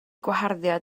gwaharddiad